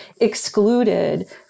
excluded